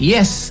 Yes